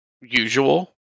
usual